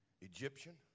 Egyptian